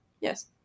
Yes